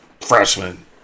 freshman